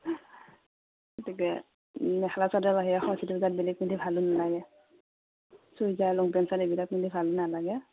গতিকে মেখেলা চাদৰৰ বাহিৰে সৰস্বতী পূজাত বেলেগ পিন্ধি ভালো নালাগে চুইজাৰ লং পেণ্ট শ্বাৰ্ট এইবিলাক পিন্ধি ভালো নালাগে